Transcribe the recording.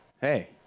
hey